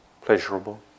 pleasurable